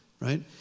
Right